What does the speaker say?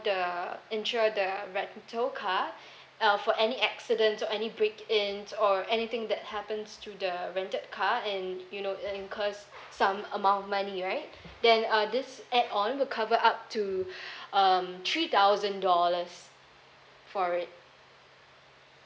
the insure the rental car uh for any accidents or any break ins or anything that happens to the rented car and you know uh incurs some amount of money right then uh this add on will cover up to um three thousand dollars for it